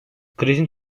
krizin